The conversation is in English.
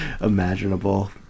imaginable